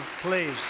please